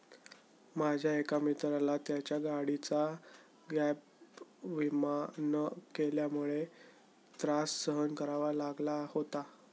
माझ्या एका मित्राला त्याच्या गाडीचा गॅप विमा न केल्यामुळे त्रास सहन करावा लागला होता